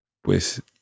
Pues